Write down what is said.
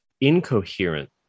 incoherent